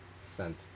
sent